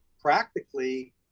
practically